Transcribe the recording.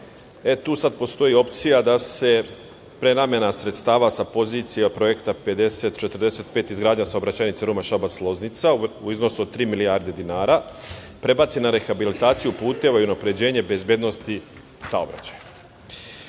Tu sada postoji opcija kada se prenamena sredstava sa pozicija projekta 5045 – izgradnja saobraćajnice Ruma-Šabac-Loznica, u iznosu od tri milijarde dinara, prebaci na rehabilitaciju puteva i unapređenje bezbednosti saobraćaja. Obzirom